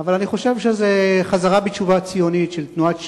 אבל אני חושב שזה חזרה בתשובה ציונית של תנועת ש"ס,